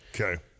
Okay